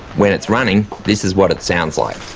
when it's running, this is what it sounds like